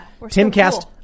TimCast